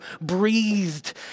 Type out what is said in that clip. breathed